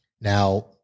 Now